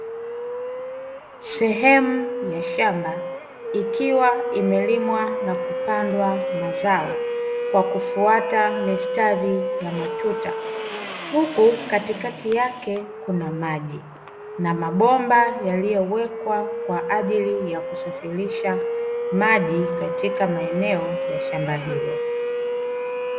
Sehemu ya shamba ikiwa imelimwa na kupandwa mazao kwa kufuata mistari ya matuta, huku katikati yake kuna maji, na mabomba yaliyowekwa kwa ajili ya kusafirisha maji katika maeneo ya shamba hilo.